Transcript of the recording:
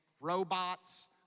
robots